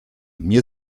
mir